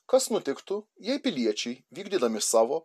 kas nutiktų jei piliečiai vykdydami savo